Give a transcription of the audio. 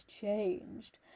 changed